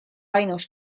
ainus